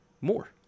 more